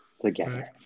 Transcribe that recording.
together